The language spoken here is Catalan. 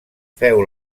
féu